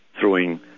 throwing